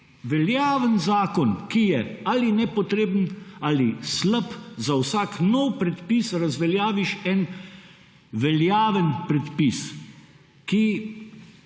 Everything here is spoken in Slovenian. veljaven zakon, ki je ali nepotreben, ali slab, za vsak nov predpis razveljaviš en veljaven predpis, ki